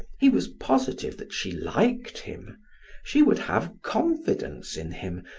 he was positive that she liked him she would have confidence in him,